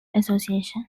association